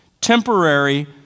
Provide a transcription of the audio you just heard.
Temporary